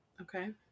Okay